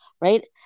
right